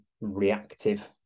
reactive